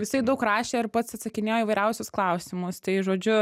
jisai daug rašė ir pats atsakinėjo į įvairiausius klausimus tai žodžiu